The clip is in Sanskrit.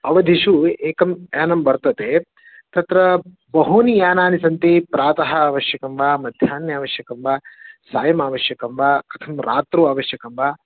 अवधिषु एकं यानं वर्तते तत्र बहूनि यानानि सन्ति प्रातः आवश्यकं वा मध्याह्ने आवश्यकं वा सायमावश्यकं वा रात्रौ आवश्यकं वा